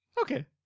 okay